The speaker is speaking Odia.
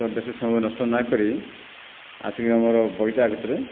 ତ ବେଶି ସମୟ ନଷ୍ଟ ନାଇଁ କରି ଆସିକି ଆମର ବଗିଚା ଭିତରେ